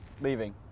Leaving